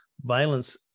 violence